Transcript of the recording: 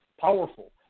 powerful